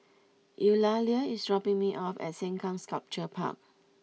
Eulalia is dropping me off at Sengkang Sculpture Park